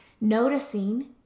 noticing